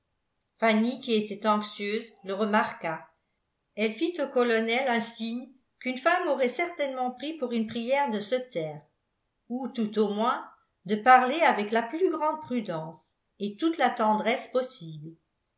qui était anxieuse le remarqua elle fit au colonel un signe qu'une femme aurait certainement pris pour une prière de se taire ou tout au moins de parler avec la plus grande prudence et toute la tendresse possible